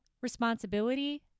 responsibility